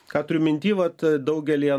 ką turiu minty vat daugelyje